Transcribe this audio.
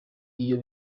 iyo